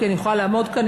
כי אני יכולה לעמוד כאן,